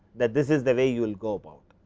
that this is the way you will go out.